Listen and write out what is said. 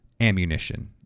ammunition